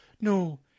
No